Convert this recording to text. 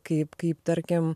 kaip kaip tarkim